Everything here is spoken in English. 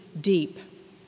deep